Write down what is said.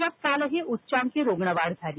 राज्यात कालही उच्चांकी रुग्णवाढ झाली